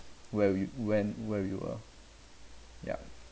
where we when where we were young